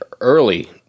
early